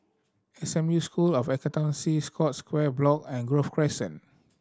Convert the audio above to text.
S M U School of Accountancy Scotts Square Block and Grove Crescent